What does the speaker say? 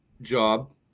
job